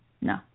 no